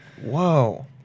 Whoa